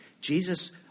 Jesus